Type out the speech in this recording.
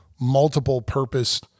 multiple-purpose